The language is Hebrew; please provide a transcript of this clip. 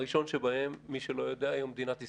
הראשון שבהם, מי שלא יודע, מדינת ישראל,